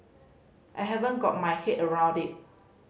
I haven't got my head around it